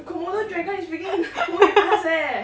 komodo dragon is freaking swimming with us eh